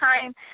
time